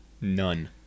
None